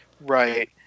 Right